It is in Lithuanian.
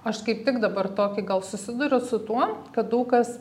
aš kaip tik dabar tokį gal susiduriu su tuom kad daug kas